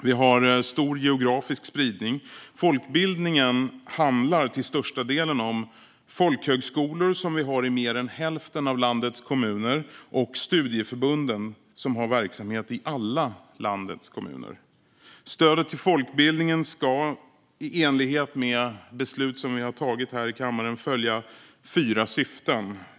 Vi har stor geografisk spridning: Folkbildningen handlar till största delen om folkhögskolor, som vi har i mer än hälften av landets kommuner, och studieförbund, som har verksamhet i alla landets kommuner. Stödet till folkbildningen ska, i enlighet med beslut vi har tagit här i kammaren, följa fyra syften.